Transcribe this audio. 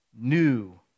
new